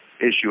issue